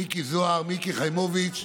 מיקי זוהר, מיקי חיימוביץ',